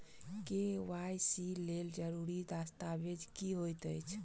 KYC लेल जरूरी दस्तावेज की होइत अछि?